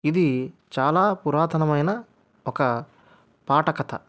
ఇది చాలా పురాతనమైన ఒక పాటకథ